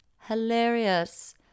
Hilarious